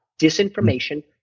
Disinformation